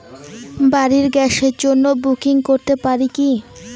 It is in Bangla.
বাড়ির গ্যাসের জন্য বুকিং করতে পারি কি?